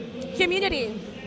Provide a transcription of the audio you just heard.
community